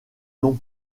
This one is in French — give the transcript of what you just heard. nom